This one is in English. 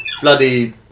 bloody